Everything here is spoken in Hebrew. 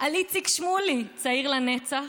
על איציק שמולי: צעיר לנצח,